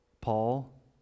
Paul